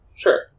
Sure